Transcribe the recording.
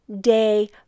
day